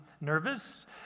nervous